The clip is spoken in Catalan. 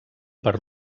per